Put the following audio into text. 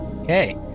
Okay